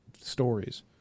stories